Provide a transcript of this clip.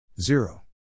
Zero